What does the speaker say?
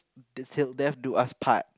this till death do us part